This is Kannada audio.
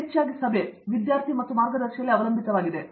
ಹೆಚ್ಚು ಸಭೆ ಹೆಚ್ಚಾಗಿ ವಿದ್ಯಾರ್ಥಿ ಮತ್ತು ಮಾರ್ಗದರ್ಶಿಯಲ್ಲಿ ಅವಲಂಬಿತವಾಗಿದೆ